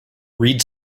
read